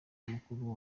mukuru